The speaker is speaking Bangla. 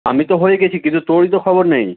আমি তো হয়ে গেছি কিন্তু তোরই তো খবর নেই